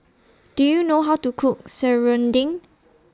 Do YOU know How to Cook Serunding